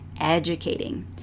educating